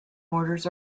orders